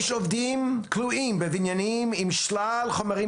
יש עובדים כלואים בבניינים עם שלל חומרים